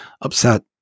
upset